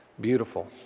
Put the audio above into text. beautiful